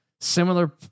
similar